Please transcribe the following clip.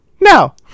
no